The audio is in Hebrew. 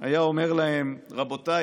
היה אומר להם: "רבותיי,